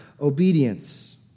obedience